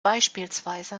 bspw